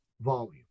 volume